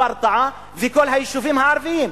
ברטעה וכל היישובים הערביים.